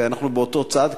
ואנחנו באותו צד,